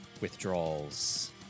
withdrawals